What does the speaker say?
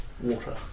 water